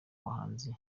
bahanzi